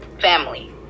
Family